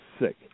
sick